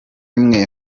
imwe